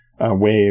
wave